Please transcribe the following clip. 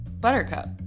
Buttercup